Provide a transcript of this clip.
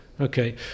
Okay